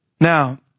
Now